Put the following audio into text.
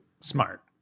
Smart